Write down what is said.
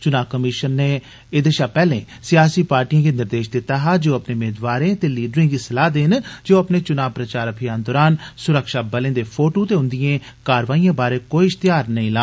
चुनां कमिशन नै एहदे शा पैहले सियासी पार्टिएं गी निर्देश दिता हा जे ओह् अपने मेदवारें ते लीडरें गी सलाह् देन जे ओह अपने चूनां प्रचार अभियान दौरान स्रक्षाबलें दे फोटू ते उंदिएं कार्रवाईएं बारै कोई इश्तेहार नेईं देन